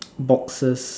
boxes